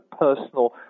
personal